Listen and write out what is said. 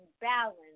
balance